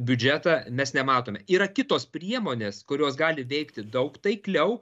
biudžetą mes nematome yra kitos priemonės kurios gali veikti daug taikliau